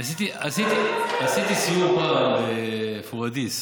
אני עשיתי סיור פעם בפוריידיס